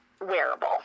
wearable